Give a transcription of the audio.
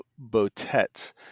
Botet